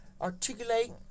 articulate